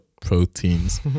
proteins